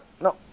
No